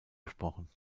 besprochen